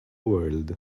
world